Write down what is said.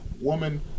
woman